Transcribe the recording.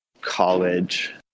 college